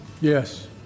Yes